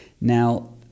Now